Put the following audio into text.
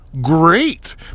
great